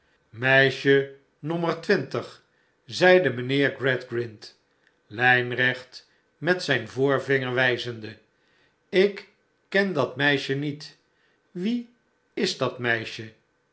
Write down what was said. meisje nommer twintig zeide mijnheer gradgrind lijnrecht met zijn voorvinger wijzende ik ken dat meisje niet wie is dat meisje